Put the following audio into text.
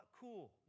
cool